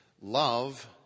Love